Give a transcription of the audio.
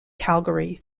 calgary